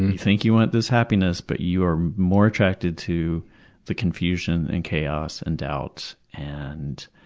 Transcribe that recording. you think you want this happiness but you are more attracted to the confusion and chaos and doubt, and